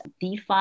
DeFi